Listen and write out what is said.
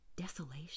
desolation